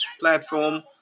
platform